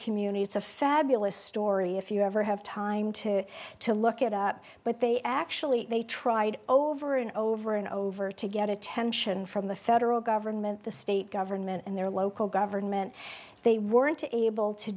community it's a fabulous story if you ever have time to to look it up but they actually they tried over and over and over to get attention from the federal government the state government and their local government they weren't able to